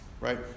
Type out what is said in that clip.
Right